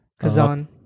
Kazan